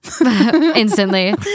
instantly